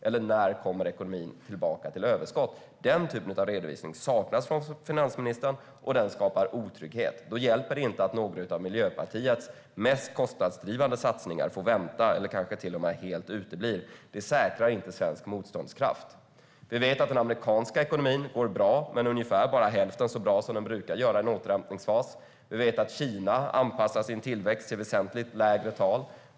Eller när kommer ekonomin tillbaka till överskott? Den typen av redovisning saknas hos finansministern, och det skapar otrygghet. Då hjälper det inte att några av Miljöpartiets mest kostnadsdrivande satsningar får vänta eller kanske till och med helt utebli. Det säkrar inte svensk motståndskraft. Vi vet att den amerikanska ekonomin går bra, men bara ungefär hälften så bra som den brukar göra i en återhämtningsfas. Kina anpassar sin tillväxt till väsentligt lägre tal.